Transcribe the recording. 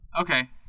okay